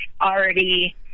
already